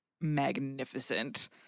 magnificent